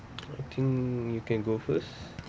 I think you can go first